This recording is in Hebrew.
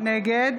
נגד